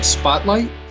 spotlight